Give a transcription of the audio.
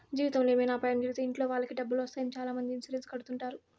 జీవితంలో ఏమైనా అపాయం జరిగితే ఇంట్లో వాళ్ళకి డబ్బులు వస్తాయి అని చాలామంది ఇన్సూరెన్స్ కడుతుంటారు